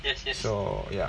so ya